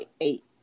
eight